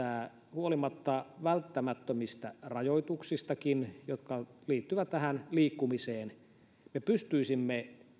huolimatta välttämättömistä rajoituksistakin jotka liittyvät tähän liikkumiseen me pystyisimme